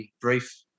brief